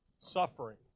suffering